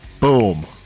Boom